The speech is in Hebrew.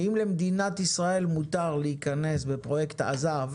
שאם למדינת ישראל מותר להיכנס בפרויקט עז"ב